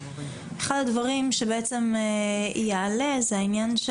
אחד הדברים שבעצם יעלה זה העניין של